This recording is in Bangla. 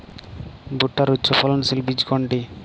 ভূট্টার উচ্চফলনশীল বীজ কোনটি?